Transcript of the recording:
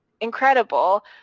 incredible